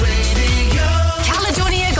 Caledonia